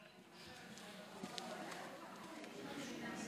ישראל אייכלר,